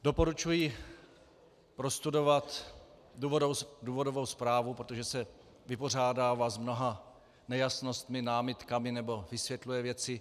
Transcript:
Doporučuji prostudovat důvodovou zprávu, protože se vypořádává s mnoha nejasnostmi, námitkami nebo vysvětluje věci.